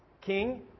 king